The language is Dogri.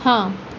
हां